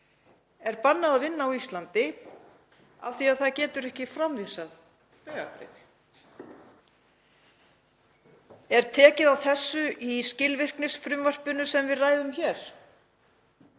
er bannað að vinna á Íslandi af því að það getur ekki framvísað vegabréfi. Er tekið á þessu í skilvirknisfrumvarpinu sem við ræðum hér?